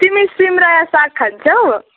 तिमी सिमरायो साग खान्छौ